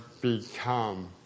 become